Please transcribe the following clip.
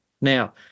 Now